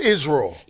Israel